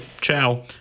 Ciao